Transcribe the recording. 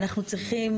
אנחנו צריכים